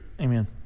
amen